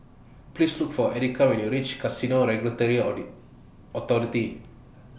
Please Look For Erika when YOU REACH Casino Regulatory Authority